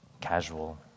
casual